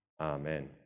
Amen